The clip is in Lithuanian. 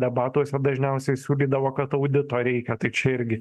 debatuose dažniausiai siūlydavo kad audito reikia tai čia irgi